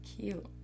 cute